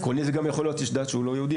עקרונית זה גם יכול להיות איש דת שהוא לא יהודי,